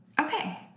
Okay